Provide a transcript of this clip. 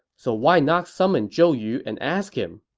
so why not summon zhou yu and ask him?